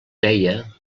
deia